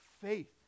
faith